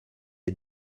est